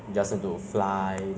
high low also can lah